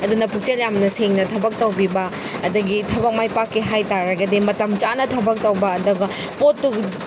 ꯑꯗꯨꯅ ꯄꯨꯛꯆꯦꯜ ꯌꯥꯝꯅ ꯁꯦꯡꯅ ꯊꯕꯛ ꯇꯧꯕꯤꯕ ꯑꯗꯒꯤ ꯊꯕꯛ ꯃꯥꯏ ꯄꯥꯛꯀꯦ ꯍꯥꯏ ꯇꯥꯔꯒꯗꯤ ꯃꯇꯝ ꯆꯥꯅ ꯊꯕꯛ ꯇꯧꯕ ꯑꯗꯨꯒ ꯄꯣꯠꯇꯨ